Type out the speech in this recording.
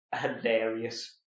hilarious